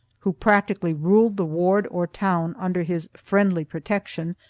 who practically ruled the ward or town under his friendly protection,